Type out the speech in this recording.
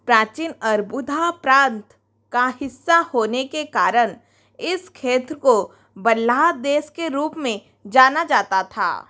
प्राचीन अरबुधा प्रान्त का हिस्सा होने के कारण इस क्षेत्र को बल्लाह देश के रूप में जाना जाता था